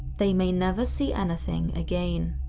they may never see anything again.